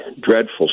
dreadful